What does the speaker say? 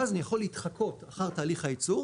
ואז אני יכול להתחקות אחר תהליך הייצור.